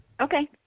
Okay